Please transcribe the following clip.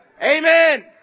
Amen